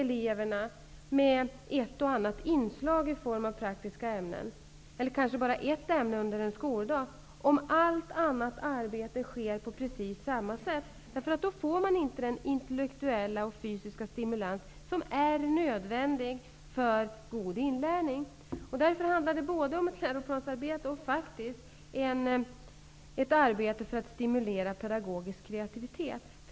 Eleverna är inte hjälpta av ett och annat praktiskt ämne under en skoldag, om allt annat arbete sker på precis samma sätt. Då får man inte den intellektuella och fysiska stimulans som är nödvändig för god inlärning. Därför handlar det både om ett läroplansarbete och ett arbete för att stimulera pedagogisk kreativitet.